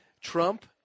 Trump